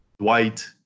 Dwight